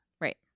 Right